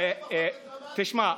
בשבילכם לפחות זה דרמטי, תשמע,